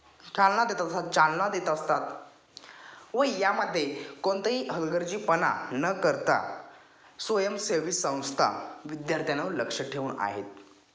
ख्यालना देत असतात चालना देत असतात व यामध्ये कोणताही हलगर्जीपणा न करता स्वयंसेेवी संस्था विद्यार्थ्यांवर लक्ष ठेवून आहेत